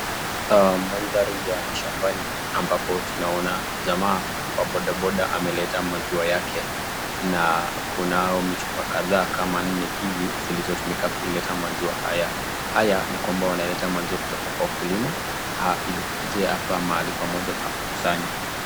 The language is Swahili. Mandhari ya mashambani ambapo tunaona jamaa wa bodaboda ameleta maziwa yake na kunao michupa kadhaa kama nne hivi zilizotumika kuleta maziwa haya. Haya ni kwamba wanaleta maziwa kutoka kwa wakulima ili ikuje hapa mahali pamoja pa kukusanya.